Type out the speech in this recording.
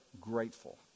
grateful